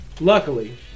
Luckily